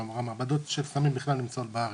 כלומר המעבדות של סמים ובכלל למצוא בארץ.